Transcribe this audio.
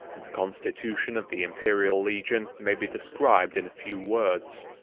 the constitution of the imperial legion may be described in a few words.